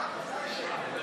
עכשיו בוודאי שקט.